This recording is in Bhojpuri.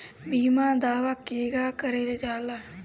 बीमा दावा केगा करल जाला?